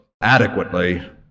adequately